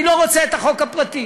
אני לא רוצה את החוק הפרטי.